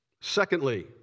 Secondly